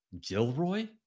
Gilroy